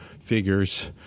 figures